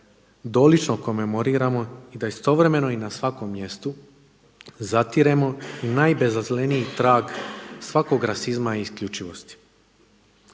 dolično komemoriramo i da istovremeno i na svakom mjestu zatiremo i najbezazleniji trag svakog rasizma i isključivosti.